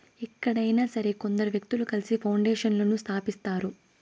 ఎక్కడైనా సరే కొందరు వ్యక్తులు కలిసి పౌండేషన్లను స్థాపిస్తారు